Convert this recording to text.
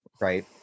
Right